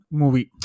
movie